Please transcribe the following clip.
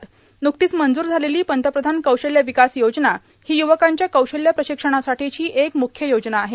ब्रुकतीच मंजूर झालेली पंतप्रधान कौशल्य विकास योजना ही युवकांच्या कौशल्य प्रशिक्षणासाठी एक मुख्य योजना आहे